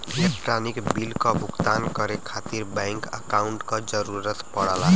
electronic bill क भुगतान करे खातिर बैंक अकांउट क जरूरत पड़ला